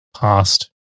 past